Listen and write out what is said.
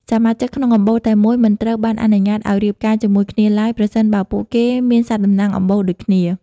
សមាជិកក្នុងអំបូរតែមួយមិនត្រូវបានអនុញ្ញាតឱ្យរៀបការជាមួយគ្នាឡើយ ប្រសិនបើពួកគេមានសត្វតំណាងអំបូរដូចគ្នា។